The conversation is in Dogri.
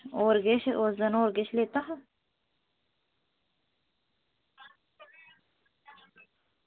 होर किश होर कन्नै किश लैता हा